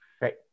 right